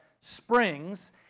springs